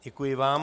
Děkuji vám.